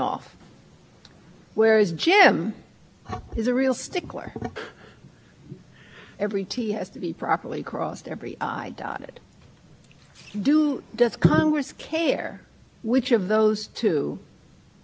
authorization within the department of justice they were folks they discussed the fact that there could be no question in a case where the assistant attorney general was thought by the district court to have authorized the intercept that if the attorney general himself is the one who